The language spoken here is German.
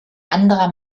anderer